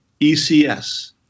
ECS